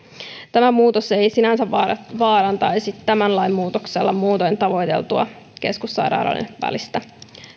tämä muutos ei sinänsä vaarantaisi tämän lain muutoksella muutoin tavoiteltua keskussairaaloiden välistä